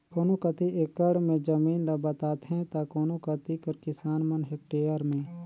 कोनो कती एकड़ में जमीन ल बताथें ता कोनो कती कर किसान मन हेक्टेयर में